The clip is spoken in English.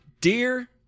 Dear